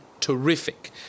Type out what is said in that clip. terrific